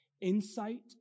Insight